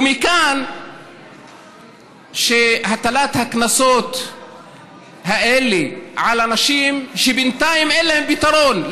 ומכאן שהטלת הקנסות האלה על אנשים שבינתיים אין להם פתרון,